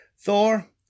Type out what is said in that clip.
Thor